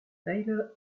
tyler